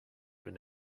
been